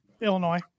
illinois